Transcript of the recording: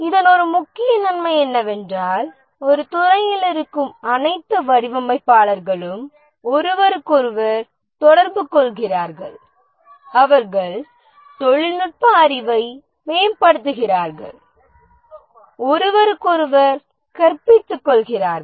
இதன் ஒரு முக்கிய நன்மை என்னவென்றால் ஒரு துறையில் இருக்கும் அனைத்து வடிவமைப்பாளர்களும் ஒருவருக்கொருவர் தொடர்புகொள்கிறார்கள் அவர்கள் தொழில்நுட்ப அறிவை மேம்படுத்துகிறார்கள் ஒருவருக்கொருவர் கற்பி்த்து கொள்கிறார்கள்